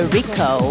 Rico